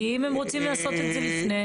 כי אם הם רוצים לעשות את זה לפני?